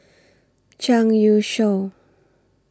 Zhang Youshuo